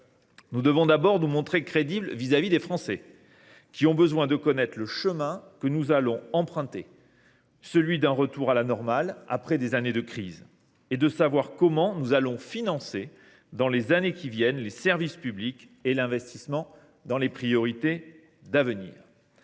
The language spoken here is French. Nous devons d’abord nous montrer crédibles vis à vis des Français, qui ont besoin et de connaître le chemin que nous allons emprunter, à savoir celui d’un retour à la normale après des années de crise, et de savoir comment nous allons financer, dans les années qui viennent, les services publics et l’investissement dans les priorités d’avenir.